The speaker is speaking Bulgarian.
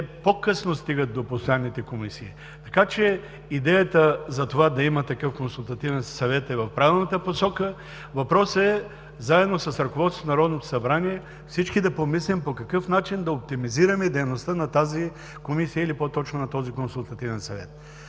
по-късно стигат до постоянните комисии. Идеята да има такъв Консултативен съвет е в правилната посока. Въпросът е заедно с ръководството на Народното събрание всички да помислим по какъв начин да оптимизираме дейността на този Консултативен съвет.